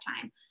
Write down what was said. time